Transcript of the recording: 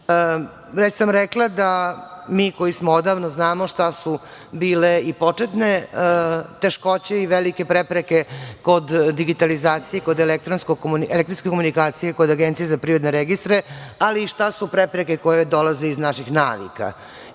sam rekla da mi koji smo odavno, znamo šta su bile i početne teškoće i velike prepreke kod digitalizacije, kod elektronske komunikacije kod APR-a, ali i šta su prepreke koje dolaze iz naših navika.